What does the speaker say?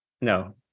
No